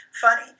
Funny